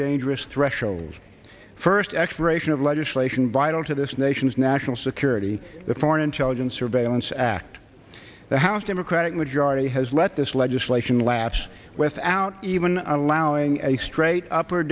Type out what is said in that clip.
dangerous threshold first expiration of legislation vital to this nation's national security the foreign intelligence surveillance act the house democratic majority has let this legislation lapse without even allowing a straight up or